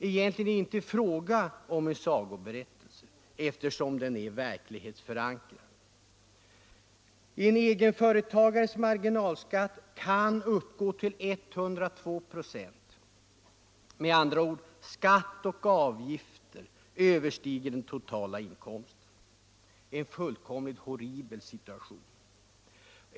Egentligen är det inte fråga om en sagoberättelse eftersom den är verklighetsförankrad. En egenföretagares marginalskatt kan uppgå till 102 96 — skatt och avgifter överstiger med andra ord den totala inkomsten. En fullkomligt horribel situation.